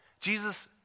Jesus